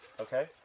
okay